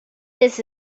this